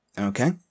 Okay